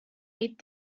eight